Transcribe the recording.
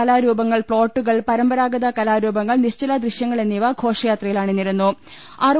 കലാരൂപങ്ങൾ പ്ലോട്ടുകൾ പരമ്പരാഗത കലാരൂപങ്ങൾ നിശ്ചല ദൃശ്യങ്ങൾ എന്നിവ ഘോഷയാത്രയിൽ അണിനിരന്നു